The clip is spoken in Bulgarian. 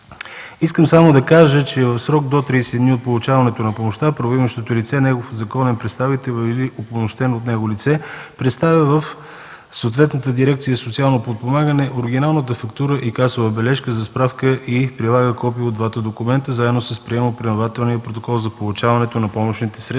Искам само да кажа, че в срок до 30 дни от получаването на помощта правоимащото лице, негов законен представител или упълномощено от него лице представя в съответната дирекция „Социално подпомагане” оригиналната фактура и касова бележка за справка и прилага копие от двата документа, заедно с приемо-предавателния протокол за получаването на помощните средства,